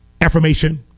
Affirmation